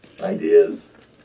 ideas